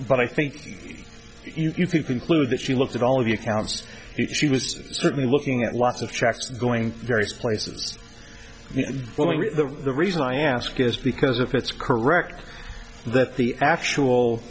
but i think you conclude that she looked at all of you counts she was certainly looking at lots of checks going various places the reason i ask is because if it's correct that the actual